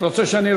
רוצה שאני ארשום?